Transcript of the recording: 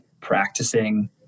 practicing